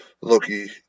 Loki